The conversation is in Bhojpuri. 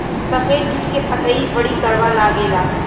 सफेद जुट के पतई बड़ी करवा लागेला